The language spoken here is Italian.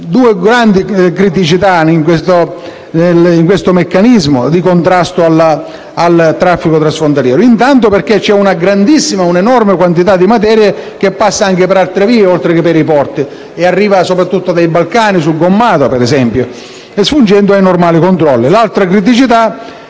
due grandi criticità in questo meccanismo di contrasto al traffico transfrontaliero. Anzitutto c'è una quantità enorme di materie che passa anche per altre vie, oltre che per i porti; essa arriva soprattutto dai Balcani, su gomma ad esempio, sfuggendo ai normali controlli.